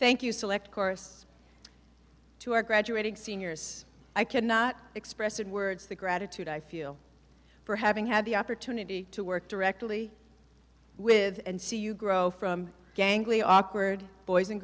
thank you select course to our graduating seniors i cannot express in words the gratitude i feel for having had the opportunity to work directly with and see you grow from gangly awkward boys and